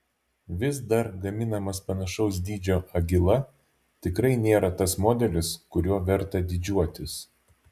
vis dar gaminamas panašaus dydžio agila tikrai nėra tas modelis kuriuo verta didžiuotis